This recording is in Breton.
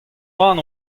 oan